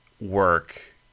work